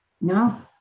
No